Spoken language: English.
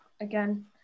again